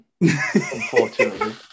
unfortunately